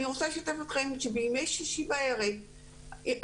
אני רוצה לשתף אתכם שבימי שישי בערב האיש